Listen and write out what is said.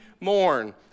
mourn